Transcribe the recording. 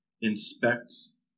inspects